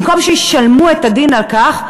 במקום שישלמו את הדין על כך,